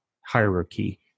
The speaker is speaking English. hierarchy